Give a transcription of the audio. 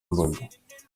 imbuga